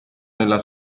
nella